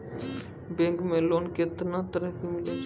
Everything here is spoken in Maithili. बैंक मे लोन कैतना तरह के मिलै छै?